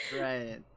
right